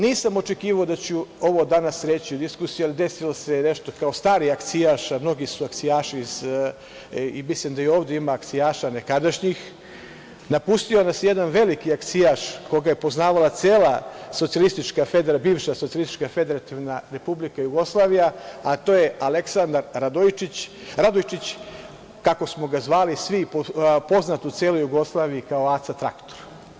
Nisam očekivao da ću ovo danas reći u diskusiji, ali desilo se nešto, kao stari akcijaš, a mnogi su akcijaši, mislim da i ovde ima nekadašnjih akcijaša, napustio nas je jedan veliki akcijaš koga je poznavala cela bivša Socijalistička Federativna Republika Jugoslavija, a to je Aleksandar Radojičić, poznat u celog Jugoslaviji kao Aca traktor.